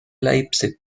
leipzig